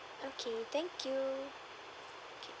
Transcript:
okay thank you